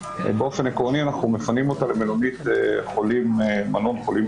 באופן עקרוני אנחנו מפנים אותם למלונית חולים אחרת.